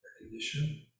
recognition